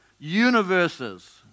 Universes